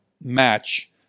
match